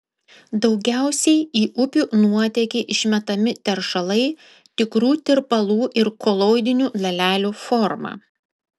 daugiausiai į upių nuotėkį išmetami teršalai tikrų tirpalų ir koloidinių dalelių forma